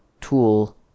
tool